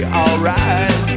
alright